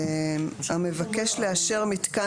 המבקש לאשר מיתקן